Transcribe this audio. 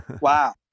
Wow